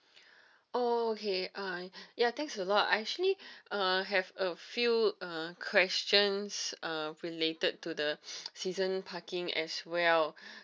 oh okay uh ya thanks a lot I actually uh have a few uh questions uh related to the season parking as well